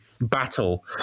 Battle